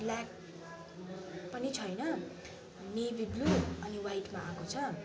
black पनि छैन navy blue अनि वाइटमा आएको छ